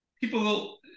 people